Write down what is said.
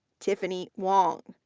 tiffany wang,